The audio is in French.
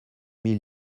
mille